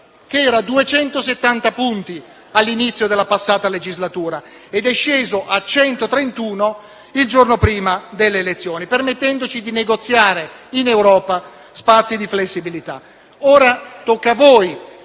che era 270 punti all'inizio della passata legislatura, ed è sceso a 131 punti il giorno prima delle elezioni, permettendoci di negoziare in Europa spazi di flessibilità.